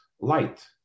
light